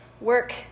work